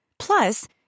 Plus